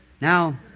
Now